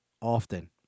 often